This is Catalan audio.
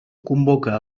convoca